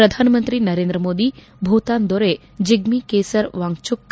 ಪ್ರಧಾನಮಂತ್ರಿ ನರೇಂದ್ರ ಮೋದಿ ಭೂತಾನ್ ದೊರೆ ಜಿಗ್ನೆ ಕೇಸರ್ ವಾಂಗ್ಚುಕ್